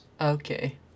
Okay